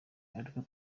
ariko